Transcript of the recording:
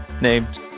named